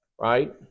Right